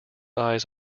eyes